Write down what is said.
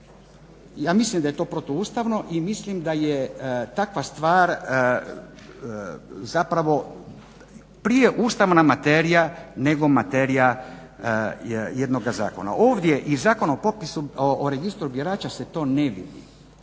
Ja mislim da je to protu ustavno i mislim da je takva stvar zapravo prije ustavna materija nego materija jednoga zakona. Ovdje iz Zakona o popisu, o registru birača se to ne vidi.